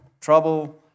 trouble